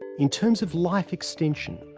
in terms of life extension,